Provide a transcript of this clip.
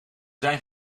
zijn